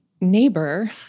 neighbor